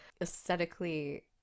aesthetically